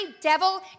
devil